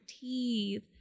teeth